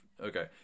okay